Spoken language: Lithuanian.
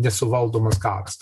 nesuvaldomas karas